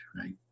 right